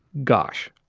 gosh,